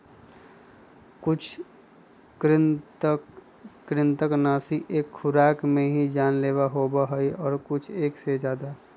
कुछ कृन्तकनाशी एक खुराक में ही जानलेवा होबा हई और कुछ एक से ज्यादा